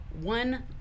one